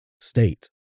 state